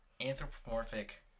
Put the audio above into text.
anthropomorphic